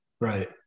Right